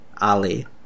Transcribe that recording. Ali